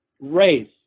race